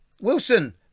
Wilson